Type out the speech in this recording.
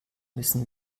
müssen